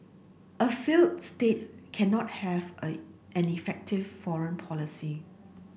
a failed state cannot have a an effective foreign policy